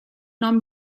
nom